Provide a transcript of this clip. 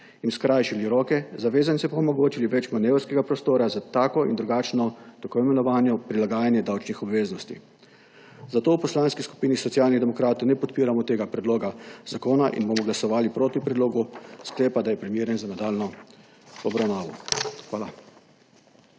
jim skrajšali roke, zavezancem pa omogočili več manevrskega prostora za takšno in drugačno tako imenovano prilagajanje davčnih obveznosti. Zato v Poslanski skupini Socialnih demokratov ne podpiramo tega predloga zakona in bomo glasovali proti predlogu sklepa, da je primeren za nadaljnjo obravnavo. Hvala.